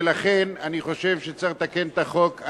ולכן אני חושב שצריך לתקן את החוק,